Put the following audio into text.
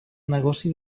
negoci